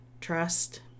trust